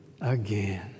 again